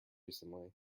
recently